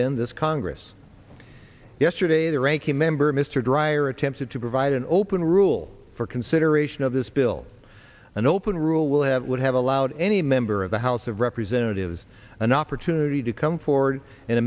been this congress yesterday the ranking member mr dreier attempted to provide an open rule for consideration of this bill an open rule will have would have allowed any member of the house of representatives an opportunity to come forward and